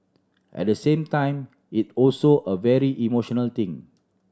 at the same time it also a very emotional thing